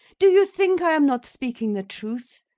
do you think i am not speaking the truth?